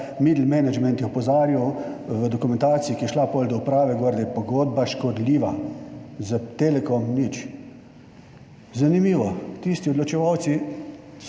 middle management je opozarjal v dokumentaciji, ki je šla potem do uprave gor, da je pogodba škodljiva za Telekom. Nič. Zanimivo, tisti odločevalci,